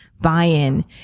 buy-in